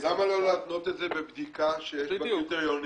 --- למה לא להתנות את זה בבדיקה שיש בה קריטריונים,